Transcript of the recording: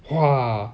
!wah!